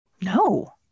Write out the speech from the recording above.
No